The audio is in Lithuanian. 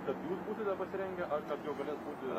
kad jūs būtumėt pasirengę ar kad juo galės būti